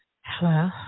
Hello